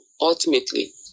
ultimately